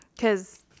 Cause